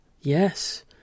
Yes